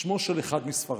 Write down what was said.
שמו של אחד מספריו".